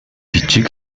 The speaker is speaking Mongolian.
жижиг